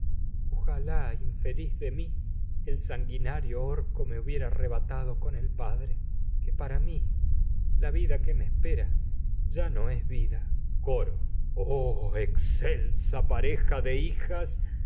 ojalá infeliz de mi el sanguina que para rio orco me hubiera arrebatado con el padre mi la vida que me espera ya no es vida lo que coro del dios oh excelsa pareja no de hijas